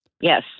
Yes